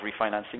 refinancing